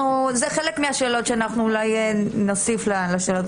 זה חלק מהשאלות שאנחנו אולי נוסיף לשאלות,